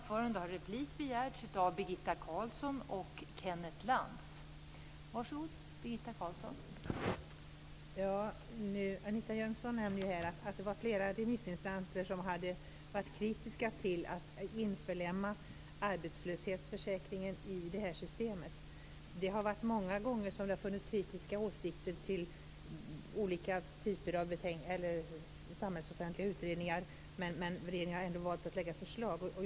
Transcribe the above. Fru talman! Anita Jönsson nämnde ju här att flera remissinstanser hade varit kritiska till att införliva arbetslöshetsförsäkringen i det här systemet. Det har många gånger funnits kritiska åsikter till olika typer av offentliga utredningar, men regeringen har ändå valt att lägga fram förslag.